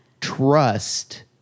trust